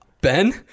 Ben